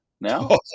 now